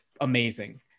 amazing